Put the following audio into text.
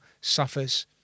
suffers